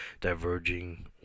diverging